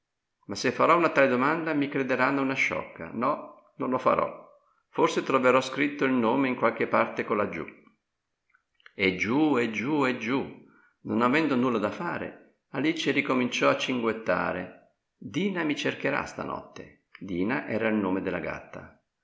ma se farò una tale domanda mi crederanno una sciocca no non la farò forse troverò scritto il nome in qualche parte colaggiù e giù e giù e giù non avendo nulla da fare alice rincominciò a cinguettare dina mi cercherà stanotte